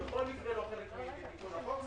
בכל מקרה זה לא חלק מתיקון החוק.